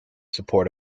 support